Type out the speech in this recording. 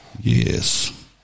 Yes